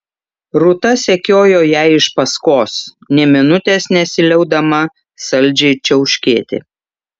rūta sekiojo jai iš paskos nė minutės nesiliaudama saldžiai čiauškėti